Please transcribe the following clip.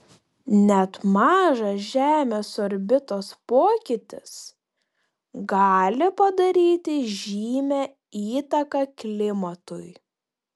net mažas žemės orbitos pokytis gali padaryti žymią įtaką klimatui